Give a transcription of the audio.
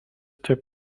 taip